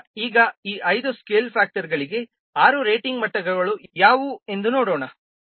ಆದ್ದರಿಂದ ಈಗ ಈ ಐದು ಸ್ಕೇಲ್ ಫ್ಯಾಕ್ಟರ್ಗಳಿಗೆ ಆರು ರೇಟಿಂಗ್ ಮಟ್ಟಗಳು ಯಾವುವು ಎಂದು ನೋಡೋಣ